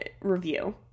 review